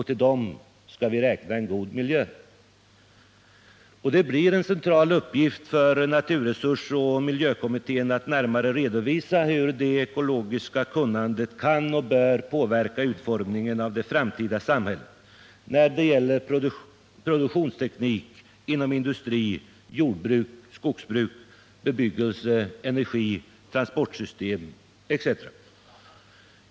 Till dem skall vi räkna en god miljö. Det blir en central uppgift för naturresursoch miljökommittén att närmare redovisa hur det ekologiska kunnandet kan och bör påverka utformningen av det framtida samhället när det gäller produktionsteknik inom industri, jordbruk och skogsbruk, bebyggelse, energioch transportsystem etc.